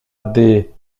des